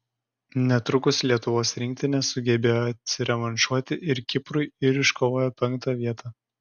netrukus lietuvos rinktinė sugebėjo atsirevanšuoti ir kiprui ir iškovojo penktą vietą